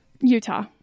utah